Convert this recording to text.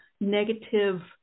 negative